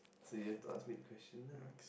so you have to ask me the question now